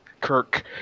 Kirk